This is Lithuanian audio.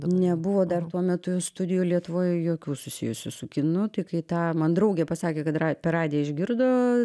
nebuvo dar tuo metu studijų lietuvoj jokių susijusių su kinu tai kai tą man draugė pasakė kad ra per radiją išgirdo